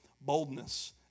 boldness